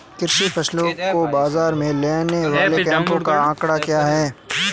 कृषि फसलों को बाज़ार में देने वाले कैंपों का आंकड़ा क्या है?